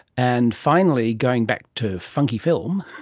and finally, going back to funky film,